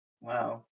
Wow